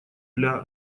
для